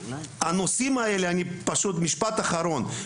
משפט אחרון,